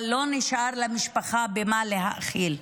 אבל לא נשאר למשפחה במה להאכיל.